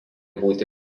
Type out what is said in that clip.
būti